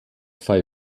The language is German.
five